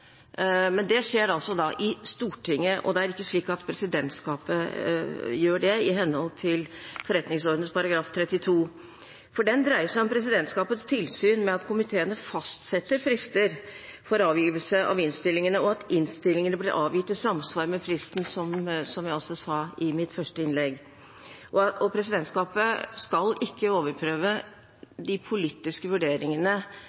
Men det skjer altså da i Stortinget, og det er ikke slik at presidentskapet gjør det i henhold til forretningsordenens § 32, for den dreier seg om presidentskapets tilsyn med at komiteene fastsetter frister for avgivelse av innstillingene, og at innstillingene blir avgitt i samsvar med fristen, som jeg også sa i mitt første innlegg. Presidentskapet skal ikke